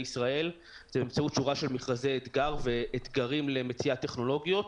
ישראל זה באמצעות שורה של מכרזי אתגר ואתגרים למציאת טכנולוגיות,